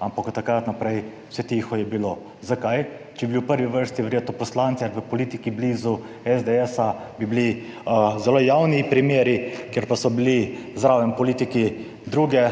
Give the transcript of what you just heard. ampak od takrat naprej vse tiho je bilo. Zakaj? Če bi bili v prvi vrsti verjetno poslanci ali pa politiki blizu SDS, bi bili zelo javni primeri, kjer pa so bili zraven politiki druge